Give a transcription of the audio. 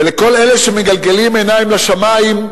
ולכל אלה שמגלגלים עיניים לשמים,